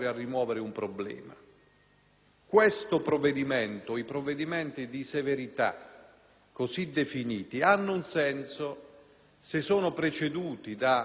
così definiti hanno un senso se sono preceduti da forti azioni e da forti provvedimenti che attengono, in primo luogo, alle politiche sociali.